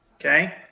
okay